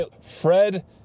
Fred